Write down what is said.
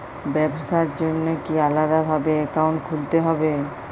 ব্যাবসার জন্য কি আলাদা ভাবে অ্যাকাউন্ট খুলতে হবে?